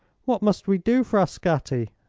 what must we do, frascatti?